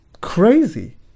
Crazy